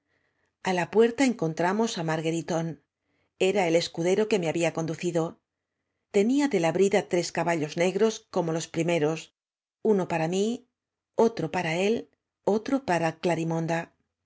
la puerta encontramos á marheritone era el escudero que me había conducido tenía de la brida tres caballos negaros como los prime ros uno para m í otro para él otro para